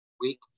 week